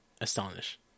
Astonish